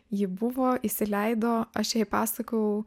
ji buvo įsileido aš jai pasakojau